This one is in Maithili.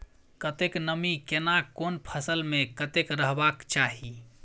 कतेक नमी केना कोन फसल मे कतेक रहबाक चाही?